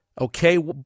Okay